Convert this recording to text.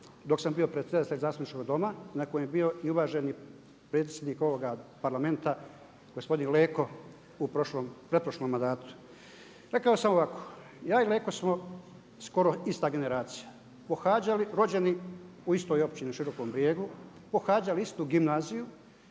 dok sam bio predsjedatelj zastupničkog doma na kojem je bio i uvaženi predsjednik ovoga Parlamenta, gospodin Leko u pretprošlom mandatu. Rekao sam ovako, ja i Leko smo skoro ista generacija, rođeni u istoj općini u Širokom Brijegu, pohađali istu gimnaziju,